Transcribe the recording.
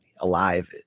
alive